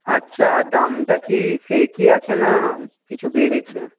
আচ্ছা দামটা কি সেই একই আছে না কিছু বেড়েছে